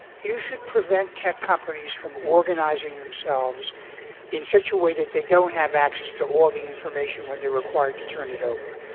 you should prevent tech companies from organizing themselves in such a way that they don't have access to all the information whether they're required to turn it over.